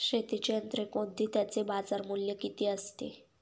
शेतीची यंत्रे कोणती? त्याचे बाजारमूल्य किती असते?